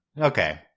okay